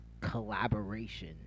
collaboration